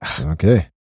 Okay